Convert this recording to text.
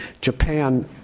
Japan